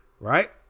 right